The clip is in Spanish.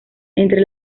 entre